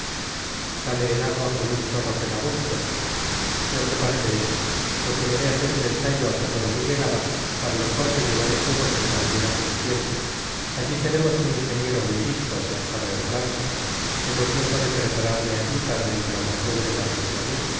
sale el agua con un chorro que da gusto me ocuparé de eso procuraré hacer un ensayo a poco de mi llegada para lo cual me llevaré tubos en cantidad suficiente allí tenemos un ingeniero muy listo que ha estado en francia tengo tiempo de prepararme aquí para la implantación del